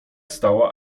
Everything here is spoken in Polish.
stała